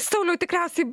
sauliau tikriausiai